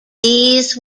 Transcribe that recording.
these